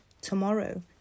tomorrow